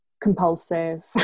compulsive